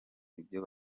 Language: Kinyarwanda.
ibyo